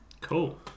cool